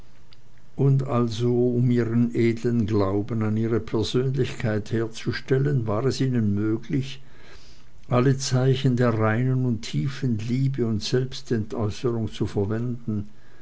und also um ihren edlen glauben an ihre persönlichkeit herzustellen war es ihnen möglich alle zeichen der reinen und tiefen liebe und selbstentäußerung zu verwenden